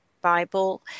Bible